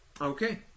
Okay